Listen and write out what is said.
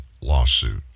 lawsuit